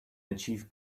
achieve